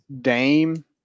Dame